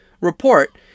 report